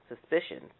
suspicions